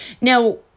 Now